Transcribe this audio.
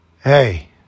Hey